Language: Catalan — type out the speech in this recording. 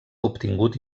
obtingut